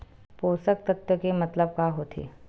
पोषक तत्व के मतलब का होथे?